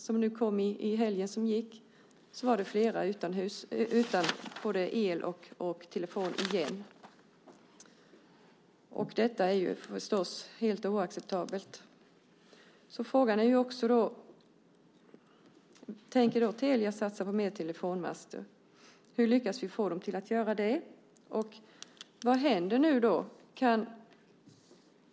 Den snö som kom i helgen gjorde att flera blev utan både el och telefon igen. Detta är förstås helt oacceptabelt. Frågan är då också: Tänker Telia satsa på fler telefonmaster? Hur lyckas vi få dem att göra det? Vad händer nu?